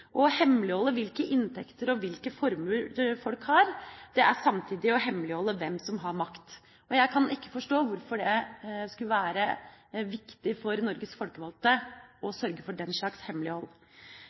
Å hemmeligholde hvilke inntekter og hvilke formuer folk har, er samtidig å hemmeligholde hvem som har makt. Og jeg kan ikke forstå hvorfor det skulle være viktig for Norges folkevalgte å